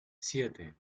siete